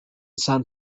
san